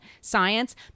science